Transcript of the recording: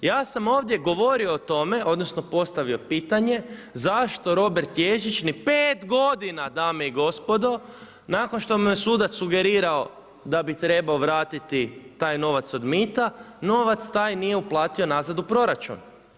Ja sam ovdje govorio o tome, odnosno postavio pitanje zašto Robert Ježić ni pet godina dame i gospodo nakon što mu je sudac sugerirao da bi trebao vratiti taj novac od mita, novac taj nije uplatio nazad u proračun.